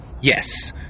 Yes